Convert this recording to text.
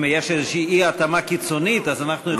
אם יש איזו אי-התאמה קיצונית אז אנחנו יכולים להתערב.